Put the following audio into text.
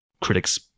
critics